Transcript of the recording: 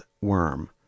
worm